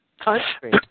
country